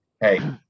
Hey